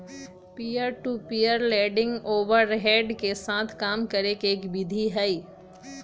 peer to peer lending overhead के साथ काम करे के एक विधि हई